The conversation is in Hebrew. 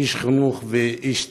איש חינוך ואיש תקשורת,